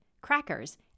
crackers